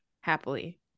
happily